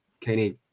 Kenny